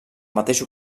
mateix